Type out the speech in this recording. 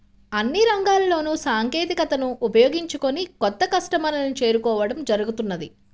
అన్ని రంగాల్లోనూ సాంకేతికతను ఉపయోగించుకొని కొత్త కస్టమర్లను చేరుకోవడం జరుగుతున్నది